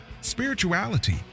spirituality